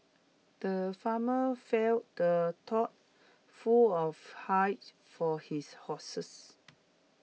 the farmer filled the tough full of hay for his horses